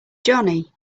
johnny